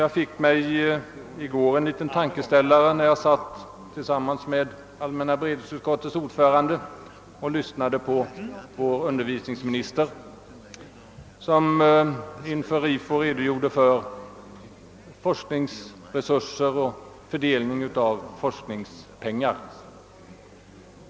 Jag fick i går en tankeställare när jag tillsammans med allmänna beredningsutskottets ordförande lyssnade till utbildningsministern, som inför sammanslutningen Riksdagsmän och forskare redogjorde för resursernas fördelning på olika slags forskning.